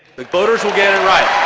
the voters will get it right.